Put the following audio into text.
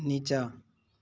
निचाँ